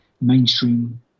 mainstream